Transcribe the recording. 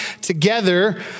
together